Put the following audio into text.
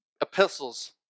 epistles